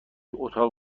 اتاق